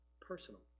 personal